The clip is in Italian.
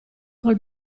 col